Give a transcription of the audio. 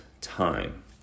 time